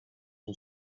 who